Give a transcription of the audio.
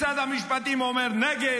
משרד המשפטים אומר נגד,